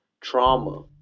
trauma